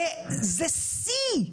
וזה שיא,